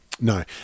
No